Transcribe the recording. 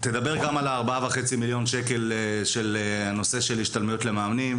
על הארבעה וחצי מיליון של הנושא של השתלמויות למאמנים,